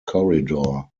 corridor